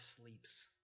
sleeps